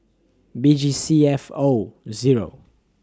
B G C F O Zero